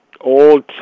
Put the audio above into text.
old